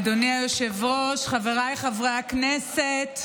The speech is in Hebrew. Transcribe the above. אדוני היושב-ראש, חבריי חברי הכנסת,